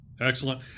Excellent